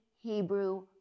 Hebrew